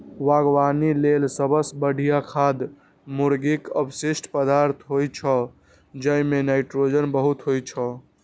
बागवानी लेल सबसं बढ़िया खाद मुर्गीक अवशिष्ट पदार्थ होइ छै, जइमे नाइट्रोजन बहुत होइ छै